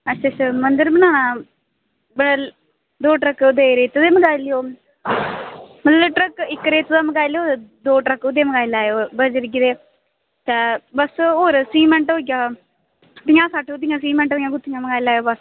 अच्छा अच्छा मंदर बनाना दौ ट्रक रेतै दे मंगाई लैओ इक्क ट्रक रेतै दा मंगाई लैओ दौ ट्रक बजरी दे मंगाई लैयो बस होर सीमेंट होई जाह्ग ते इंया सीमेंटें दियां गुत्थियां मंगाई लैयो बस